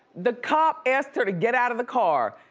the cop asked her to get out of the car.